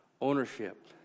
ownership